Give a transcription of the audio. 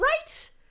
right